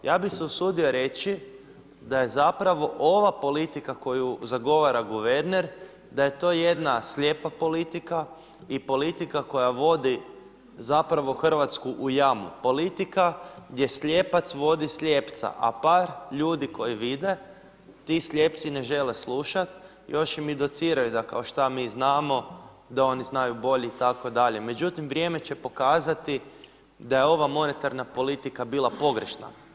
Ja bih se usudio reći da je zapravo ova politika koju zagovara guverner, da je to jedna slijepa politika i politika koja vodi zapravo Hrvatsku u jamu, politika gdje slijepac vodi slijepca, a par ljudi koji vide, ti slijepci ne žele slušat, još im i dociraju da kao šta mi znamo, da oni znaju bolje itd. međutim, vrijeme će pokazati da je ova monetarna politika bila pogrešna.